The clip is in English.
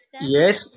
Yes